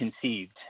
conceived